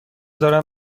دارم